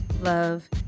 love